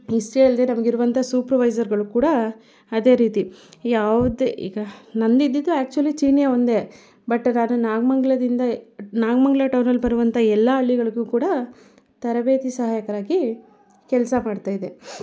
ಇಷ್ಟೇ ಅಲ್ಲದೆ ನಮ್ಗೆ ಇರುವಂಥ ಸೂಪರ್ವೈಸರ್ಗಳು ಕೂಡ ಅದೇ ರೀತಿ ಯಾವುದೇ ಈಗ ನಂದಿದಿದ್ದು ಆ್ಯಕ್ಟುಲಿ ಚೀನ್ಯ ಒಂದೇ ಬಟ್ ನಾನು ನಾಗಮಂಗಲದಿಂದ ನಾಗಮಂಗಲ ಟೌನಲ್ಲಿ ಬರುವಂಥ ಎಲ್ಲ ಹಳ್ಳಿಗಳ್ಗೂ ಕೂಡ ತರಬೇತಿ ಸಹಾಯಕರಾಗಿ ಕೆಲಸ ಮಾಡ್ತಾಯಿದ್ದೆ